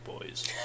Boys